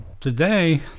today